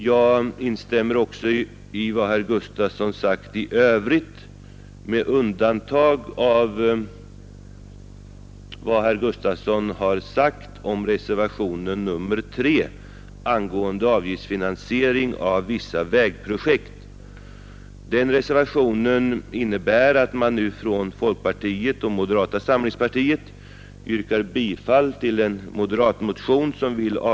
Jag instämmer också i vad herr Gustafson i Göteborg sagt i övrigt med undantag av vad herr Gustafson anfört om reservationen 3 angående avgiftsfinansiering av vissa vägprojekt.